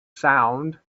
sound